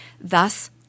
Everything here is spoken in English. Thus